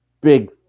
big